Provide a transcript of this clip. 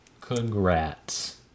Congrats